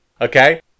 Okay